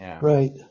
right